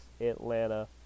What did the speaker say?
Atlanta